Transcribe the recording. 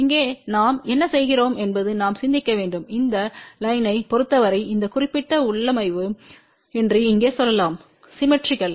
இங்கே நாம் என்ன செய்கிறோம் என்பது நாம் சிந்திக்க வேண்டும் இந்த லைன்யைப் பொறுத்தவரை இந்த குறிப்பிட்ட உள்ளமைவு என்று இங்கே சொல்லலாம் சிம்மெட்ரிக்கல்